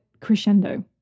crescendo